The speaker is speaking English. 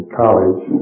college